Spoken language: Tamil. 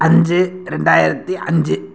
அஞ்சு ரெண்டாயிரத்து அஞ்சு